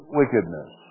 wickedness